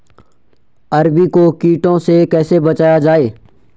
अरबी को कीटों से कैसे बचाया जाए?